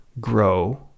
grow